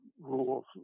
rules